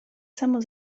samo